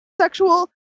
sexual